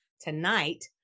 Tonight